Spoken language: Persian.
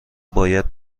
باید